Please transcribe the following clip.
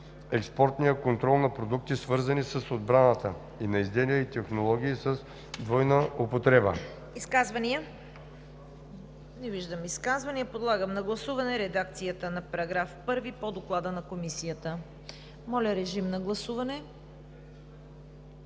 експортния контрол на продукти, свързани с отбраната, и на изделия и технологии с двойна употреба.“